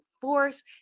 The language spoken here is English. force